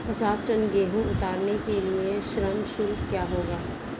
पचास टन गेहूँ उतारने के लिए श्रम शुल्क क्या होगा?